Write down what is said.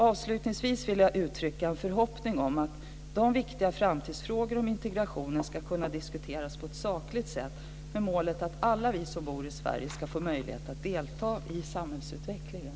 Avslutningsvis vill jag uttrycka en förhoppning om att de viktiga framtidsfrågorna om integration ska kunna diskuteras på ett sakligt sätt med målet att alla vi som bor i Sverige ska få möjlighet att delta i samhällsutvecklingen.